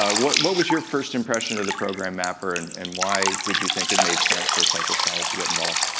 ah what what was your first impression of the program mapper and and why did you think it made sense for cypress college to get involved.